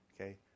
Okay